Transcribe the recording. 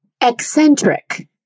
Eccentric